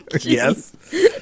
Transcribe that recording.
yes